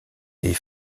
des